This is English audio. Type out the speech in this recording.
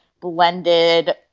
blended